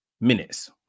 minutes